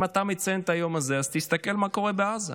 אם אתה מציין את היום הזה, אז תסתכל מה קורה בעזה,